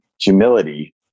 humility